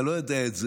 אתה לא יודע את זה,